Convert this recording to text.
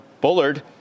Bullard